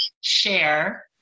share